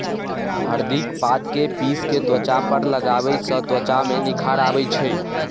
हरदिक पात कें पीस कें त्वचा पर लगाबै सं त्वचा मे निखार आबै छै